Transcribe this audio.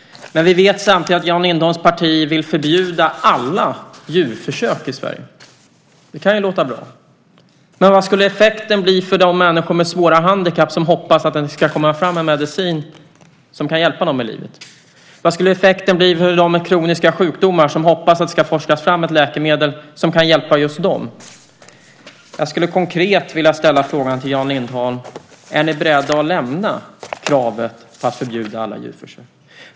Men vi vet samtidigt att Jan Lindholms parti vill förbjuda alla djurförsök i Sverige. Det kan ju låta bra. Men vad skulle effekten bli för de människor med svåra handikapp som hoppas att det ska komma fram en medicin som kan hjälpa dem i livet? Vad skulle effekten bli för dem med kroniska sjukdomar som hoppas att det ska forskas fram ett läkemedel som kan hjälpa just dem? Jag skulle konkret vilja ställa frågan till Jan Lindholm: Är ni beredda att lämna kravet på att förbjuda alla djurförsök?